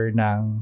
ng